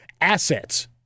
assets